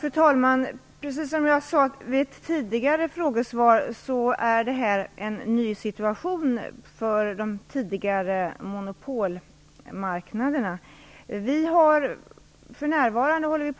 Fru talman! Precis som jag sade i mitt tidigare frågesvar råder det en ny situation på de f.d. monopolmarknaderna. För närvarande bedriver